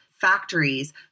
factories